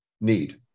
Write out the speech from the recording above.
need